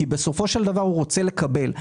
כי בסופו של דבר הוא רוצה לקבל.